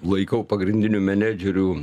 laikau pagrindiniu menedžeriu